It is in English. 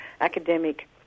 academic